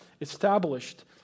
established